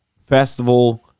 festival